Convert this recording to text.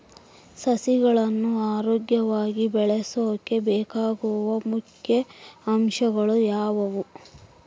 ಸಸಿಗಳನ್ನು ಆರೋಗ್ಯವಾಗಿ ಬೆಳಸೊಕೆ ಬೇಕಾಗುವ ಮುಖ್ಯ ಅಂಶಗಳು ಯಾವವು?